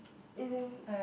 as in